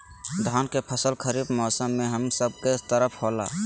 धान के फसल खरीफ मौसम में हम सब के तरफ होला